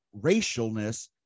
racialness